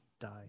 die